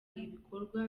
ibikorwa